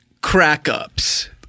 crack-ups